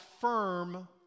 firm